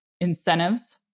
incentives